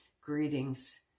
Greetings